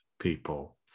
people